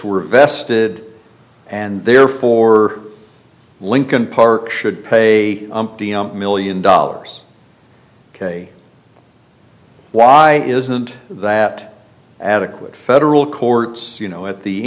were vested and therefore lincoln park should pay a million dollars ok why isn't that adequate federal courts you know at the